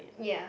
ya